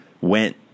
went